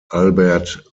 albert